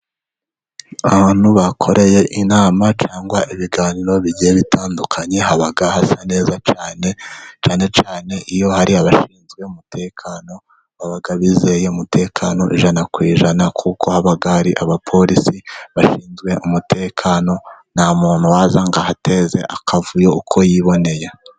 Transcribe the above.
Ahantu bakoreye inama cyangwa ibiganiro bigiye bitandukanye ,haba hasa neza cyane . Cyane cyane iyo hari abashinzwe umutekano ,baba bizeye umutekano ijana ku ijana ,kuko haba hari abapolisi bashinzwe umutekano . Nta muntu waza ahateze akavuyo uko yiboneye.